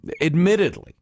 admittedly